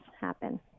happen